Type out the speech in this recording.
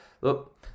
look